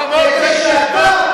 כדי שאתה,